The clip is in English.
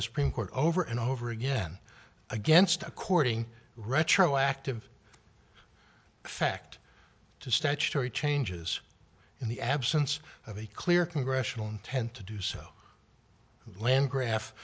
the supreme court over and over again against according retroactive effect to statutory changes in the absence of a clear congressional intent to do so when gra